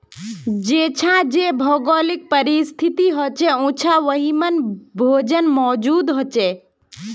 जेछां जे भौगोलिक परिस्तिथि होछे उछां वहिमन भोजन मौजूद होचे